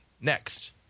Next